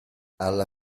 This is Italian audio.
alla